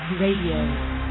Radio